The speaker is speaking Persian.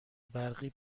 برقی